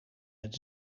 het